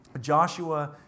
Joshua